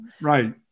Right